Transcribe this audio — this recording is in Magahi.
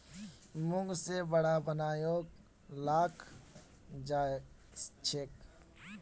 मूंग से वड़ा बनएयों खाल जाछेक